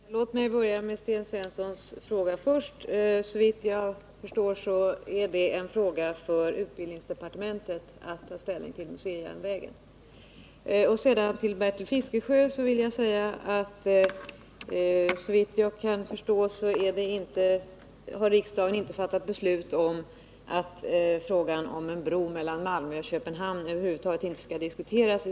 Herr talman! Först till Sten Svenssons fråga. Såvitt jag förstår är det utbildningsdepartementet som skall ta ställning till frågan om museijärnvägen. Till Bertil Fiskesjö vill jag säga att riksdagen, mig veterligen, inte uttalat att frågan om en bro mellan Malmö och Köpenhamn över huvud taget inte skall diskuteras.